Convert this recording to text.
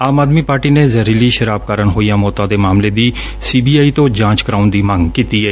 ਆਮ Aadmi party ਨੇ ਜ਼ਹਿਰੀਲੀ ਸ਼ਰਾਬ ਕਾਰਨ ਹੋਈਆਂ ਮੌਤਾਂ ਦੇ ਮਾਮਲੇ ਦੀ ਸੀ ਬੀ ਆਈ ਤੋਂ ਜਾਂਚ ਕਰਾਉਣ ਦੀ ਮੰਗ ਕੀਤੀ ਏ